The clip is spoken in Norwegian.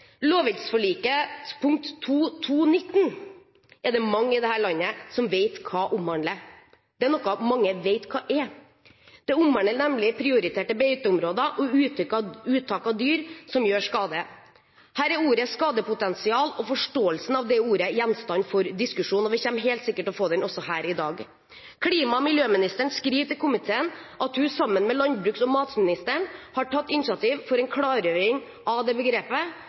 punkt 2.2.19 er det mange i dette landet som vet hva omhandler, det er noe mange vet hva er. Det omhandler nemlig prioriterte beiteområder og uttak av dyr som gjør skade. Her er ordet «skadepotensial» og forståelsen av det ordet gjenstand for diskusjon, og vi kommer helt sikkert til å få den også her i dag. Klima- og miljøministeren skriver til komiteen at hun sammen med landbruks- og matministeren har tatt initiativ til en klargjøring av det begrepet,